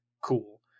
cool